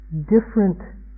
different